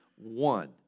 One